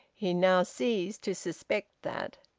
he now ceased to suspect that.